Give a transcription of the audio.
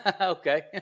Okay